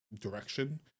direction